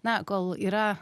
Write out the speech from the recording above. na kol yra